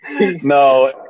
No